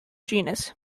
genus